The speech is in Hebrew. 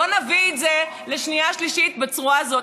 לא נביא את זה לשנייה ושלישית בצורה הזאת.